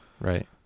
right